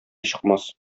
чыкмас